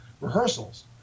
rehearsals